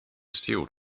sealed